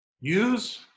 use